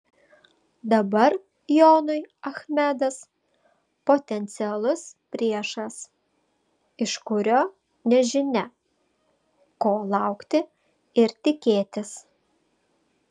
dabar jonui achmedas potencialus priešas iš kurio nežinia ko laukti ir tikėtis